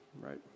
right